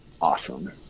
awesome